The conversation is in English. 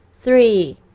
Three